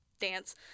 dance